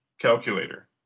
calculator